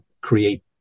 create